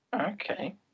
Okay